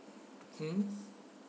mm